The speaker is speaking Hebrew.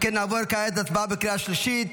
אם כן נעבור כעת להצבעה בקריאה השלישית